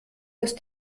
ist